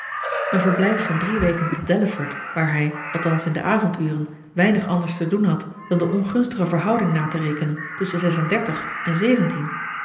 een verblijf van drie weken te delaford waar hij althans in de avonduren weinig anders te doen had dan de ongunstige verhouding na te rekenen tusschen zes en dertig en zeventien